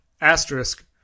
Asterisk